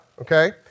okay